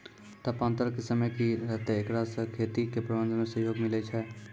तापान्तर के समय की रहतै एकरा से खेती के प्रबंधन मे सहयोग मिलैय छैय?